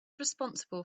responsible